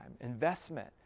investment